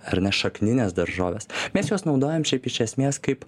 ar ne šaknines daržoves mes juos naudojam šiaip iš esmės kaip